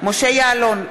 משה יעלון,